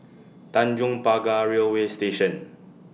Tanjong Pagar Railway Station